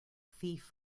thief